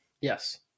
Yes